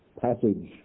passage